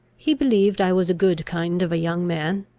he believed i was a good kind of a young man,